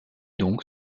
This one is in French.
donc